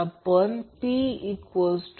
त्याचप्रमाणे Δ कनेक्टेड लोडसाठी अगदी उलट